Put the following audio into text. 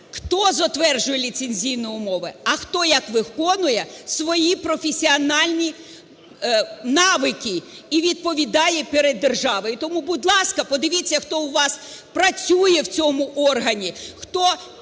хто затверджує ліцензійні умови, а хто як виконує свої професіональні навики і відповідає перед державою. І тому, будь ласка, подивіться, хто у вас працює в цьому органі, хто